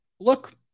Look